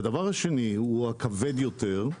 הדבר השני, הכבד יותר,